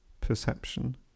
perception